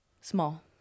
Small